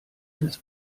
des